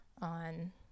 on